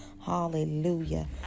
Hallelujah